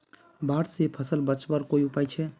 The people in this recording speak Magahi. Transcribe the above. बाढ़ से फसल बचवार कोई उपाय छे?